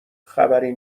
خبری